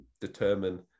determine